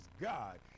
God